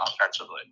offensively